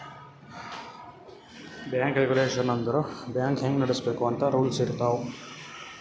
bank regulation ಅಂದುರ್ bank ಹ್ಯಾಂಗ್ ನಡುಸ್ಬೇಕ್ ಅಂತ್ ರೂಲ್ಸ್ ಇರ್ತಾವ್